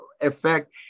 effect